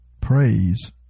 praise